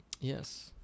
Yes